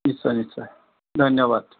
নিশ্চয় নিশ্চয় ধন্যবাদ